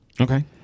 Okay